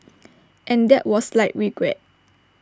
and that was like regret